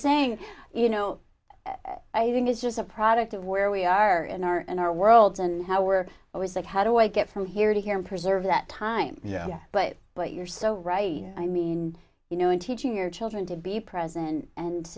saying you know i think it's just a product of where we are in our and our worlds and how we're always like how do i get from here to here and preserve that time yeah but but you're so right i mean you know in teaching your children to be present and